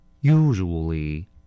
usually